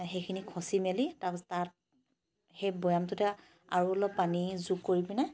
সেইখিনি খচি মেলি তাৰ পাছত তাত সেই বয়ামটোতে আৰু আৰু অলপ পানী যোগ কৰি পিনে